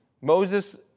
Moses